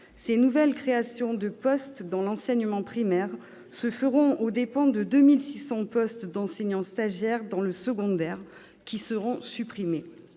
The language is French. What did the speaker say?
ces nouvelles créations de postes dans l'enseignement primaire se feront aux dépens de 2 600 postes d'enseignants stagiaires dans le secondaire, qui seront supprimés.